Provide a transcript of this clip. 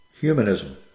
humanism